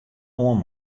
oan